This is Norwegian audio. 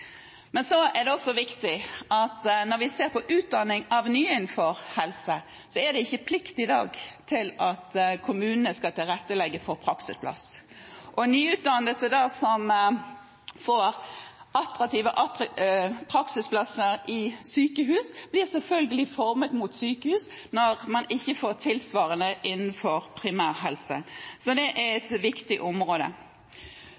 Men så er det også viktig, når vi ser på utdanning av nye innenfor helse, at kommunene i dag ikke har plikt til å tilrettelegge for praksisplass. Nyutdannede som da får attraktive praksisplasser i sykehus, blir selvfølgelig formet mot sykehus når man ikke får tilsvarende innenfor primærhelse. Så det er et viktig område,